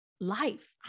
life